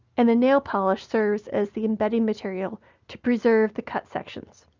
and the nail polish serves as the embedding material to preserve the cut sections.